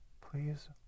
please